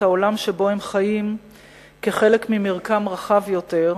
העולם שבו הם חיים כחלק ממרקם רחב יותר,